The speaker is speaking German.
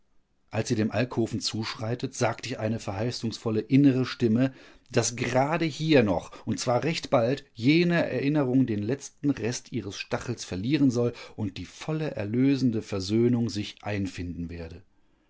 als sie dem alkoven zuschreitet sagt ihr eine verheißungsvolle innere stimme daß gerade hier noch und zwar recht bald jene erinnerung den letzten rest ihres stachels verlieren soll und die volle erlösende versöhnung sich einfinden werde